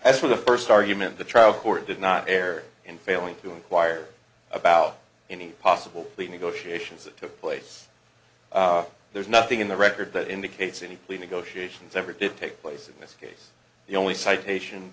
as for the first argument the trial court did not air in failing to inquire about any possible plea negotiations that took place there's nothing in the record that indicates any plea negotiations ever did take place in this case the only citation